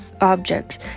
objects